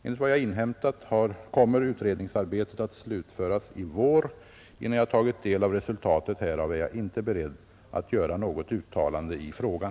Enligt vad jag inhämtat kommer utredningsarbetet att slutföras i vår. Innan jag tagit del av resultatet härav är jag inte beredd att göra något uttalande i frågan.